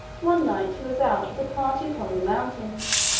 one night he was out with a party upon the mountains.